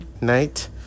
night